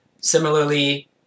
Similarly